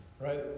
right